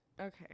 Okay